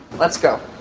let's go.